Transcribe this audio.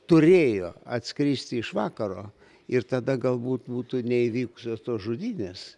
turėjo atskristi iš vakaro ir tada galbūt būtų neįvykusios tos žudynės